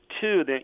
two